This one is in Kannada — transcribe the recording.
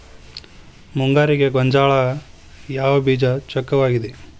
ಮುಂಗಾರಿಗೆ ಗೋಂಜಾಳ ಯಾವ ಬೇಜ ಚೊಕ್ಕವಾಗಿವೆ?